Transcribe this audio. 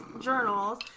journals